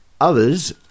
Others